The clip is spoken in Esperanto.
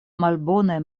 malbonaj